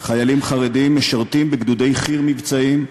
חיילים חרדים משרתים בגדודי חי"ר מבצעיים,